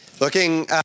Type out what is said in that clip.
Looking